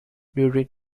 during